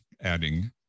adding